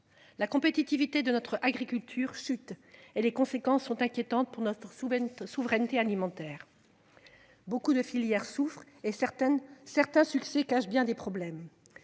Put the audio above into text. la compétitivité de notre agriculture chutent et les conséquences sont inquiétantes pour l'instant sous souveraineté alimentaire. Beaucoup de filières souffrent et certains certains succès cache bien des problèmes.